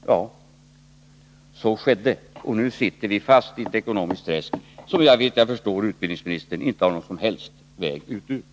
Ja, så skedde, och nu sitter vi fast i ett ekonomiskt träsk som, såvitt jag förstår, utbildningsministern inte kan anvisa någon som helst väg ur.